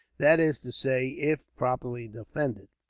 that is to say, if properly defended.